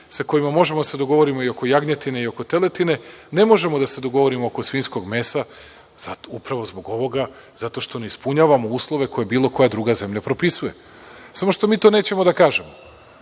sa kojima možemo da se dogovorimo i oko jagnjetine i oko teletine, ne možemo da se dogovorimo oko svinjskog mesa, upravo zbog ovoga, zato što ne ispunjavamo uslove koje bilo koja druga zemlja propisuje. Samo što mi to nećemo da kažemo.